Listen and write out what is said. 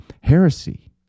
Heresy